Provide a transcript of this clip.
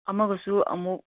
ꯑꯃꯒꯁꯨ ꯑꯃꯨꯛ